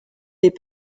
des